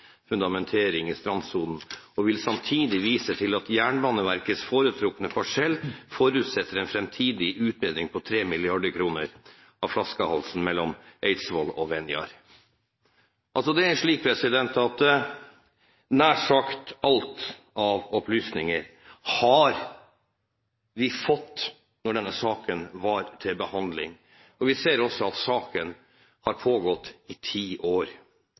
fundamentering i strandsonen, og vil samtidig vise til at Jernbaneverkets foretrukne parsell forutsetter en fremtidig utbedring på 3 mrd. kroner av flaskehalsen mellom Eidsvoll og Venjar.» Det er slik at nær sagt alt av opplysninger hadde vi fått da denne saken var til behandling. Vi ser også at saken har pågått i ti år,